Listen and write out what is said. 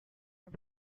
are